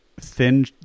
thin